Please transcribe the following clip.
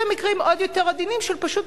ומקרים עוד יותר עדינים של פשוט,